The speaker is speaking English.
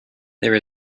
there